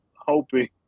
hoping